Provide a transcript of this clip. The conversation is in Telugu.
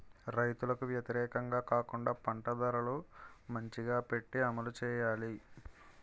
రైతులకు వ్యతిరేకంగా కాకుండా పంట ధరలు మంచిగా పెట్టి అమలు చేయాలి